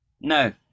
No